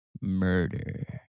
Murder